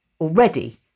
already